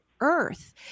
earth